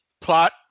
plot